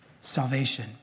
salvation